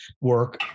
work